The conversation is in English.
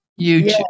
YouTube